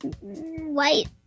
White